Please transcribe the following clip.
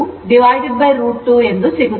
ಆದ್ದರಿಂದ ಇದು rms ಮೌಲ್ಯವಾಗಿದೆ